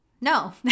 no